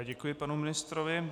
Děkuji panu ministrovi.